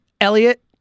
Elliot